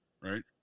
right